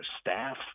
staff